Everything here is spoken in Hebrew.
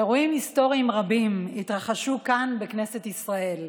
אירועים היסטוריים רבים התרחשו כאן בכנסת ישראל,